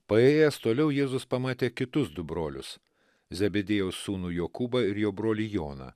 paėjęs toliau jėzus pamatė kitus du brolius zebediejaus sūnų jokūbą ir jo brolį joną